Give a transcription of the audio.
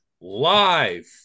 live